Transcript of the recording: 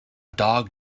dog